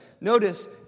notice